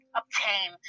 obtain